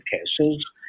cases